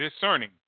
Discerning